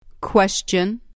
Question